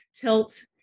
tilt